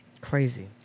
Crazy